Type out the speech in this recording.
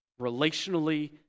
relationally